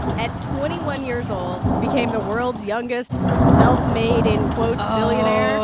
at twenty one years old, became the world's youngest self-made in quotes billionaire.